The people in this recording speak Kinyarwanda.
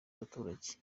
abaturage